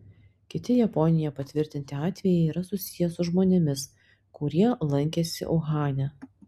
kiti japonijoje patvirtinti atvejai yra susiję su žmonėmis kurie lankėsi uhane